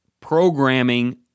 programming